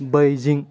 Beijing